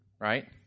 right